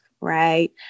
Right